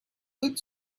good